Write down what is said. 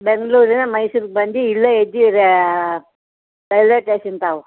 ಬೆಂಗಳೂರಿಂದ ಮೈಸೂರಿಗೆ ಬಂದು ಇಲ್ಲೇ ಇದ್ದಿರೇ ರೈಲ್ ವೇ ಟೇಷನ್ ತಾವ